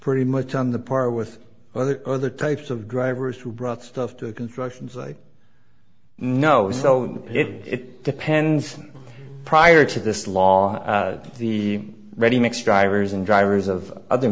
pretty much on the par with other other types of drivers who brought stuff to constructions like no so it depends on prior to this law the ready mix drivers and drivers of other